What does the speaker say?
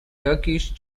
turkish